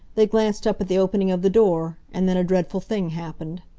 they glanced up at the opening of the door, and then a dreadful thing happened.